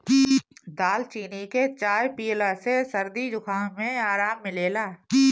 दालचीनी के चाय पियला से सरदी जुखाम में आराम मिलेला